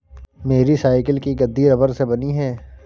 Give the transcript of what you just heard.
मेरी साइकिल की गद्दी रबड़ से बनी है